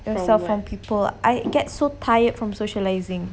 yourself from people I get so tired from socialising